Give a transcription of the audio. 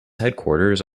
headquarters